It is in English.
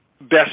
best